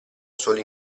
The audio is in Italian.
solo